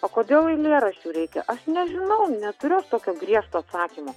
o kodėl eilėraščių reikia aš nežinau neturiu aš tokio griežto atsakymo